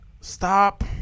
stop